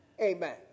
Amen